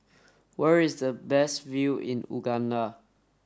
where is the best view in Uganda